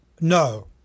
no